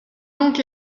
donc